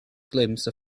glimpse